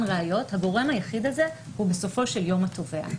ראיות הגורם היחיד הזה הוא בסופו של יום התובע.